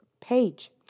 page